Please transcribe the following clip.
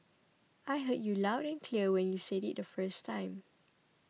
I heard you loud and clear when you said it the first time